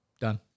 done